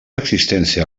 existència